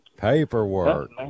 Paperwork